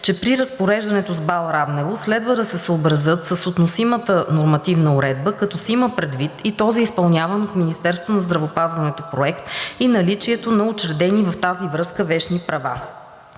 че при разпореждането с МБАЛ – Раднево, следва да се съобразят с относимата нормативна уредба, като се има предвид и този, изпълняван от Министерството на здравеопазването проект, и наличието на учредените в тази връзка вещни права.